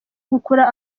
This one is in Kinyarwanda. gukura